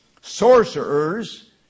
sorcerers